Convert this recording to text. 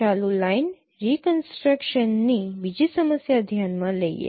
ચાલો લાઈન રિકન્સ્ટ્રક્શનની બીજી સમસ્યા ધ્યાનમાં લઈએ